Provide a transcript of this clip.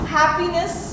happiness